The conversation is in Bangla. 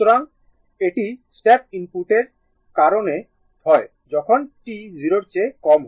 সুতরাং এটি স্টেপ ইনপুটের কারণে হয় যখন t 0 এর চেয়ে কম হয়